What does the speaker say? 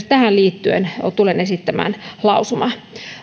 tähän liittyen tulen esittämään lausuman